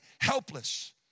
helpless